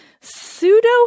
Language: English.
pseudo